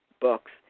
books